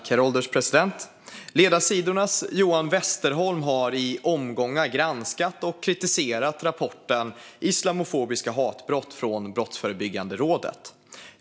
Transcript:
Herr ålderspresident! Ledarsidornas Johan Westerholm har i omgångar granskat och kritiserat rapporten Islamofobiska hatbrott från Brottsförebyggande rådet.